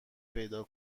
پیدا